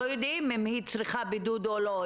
לא יודעים אם היא צריכה בידוד או לא.